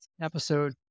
episode